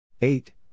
eight